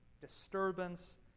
disturbance